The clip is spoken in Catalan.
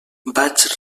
vaig